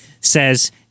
says